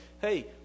hey